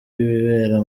ibibera